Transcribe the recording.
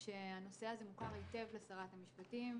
שהנושא הזה מוכר היטב לשרת המשפטים.